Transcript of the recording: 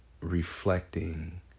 reflecting